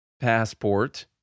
passport